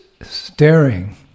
staring